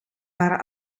waren